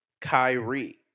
Kyrie